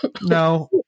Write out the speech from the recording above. no